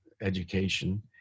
education